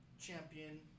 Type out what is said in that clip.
Champion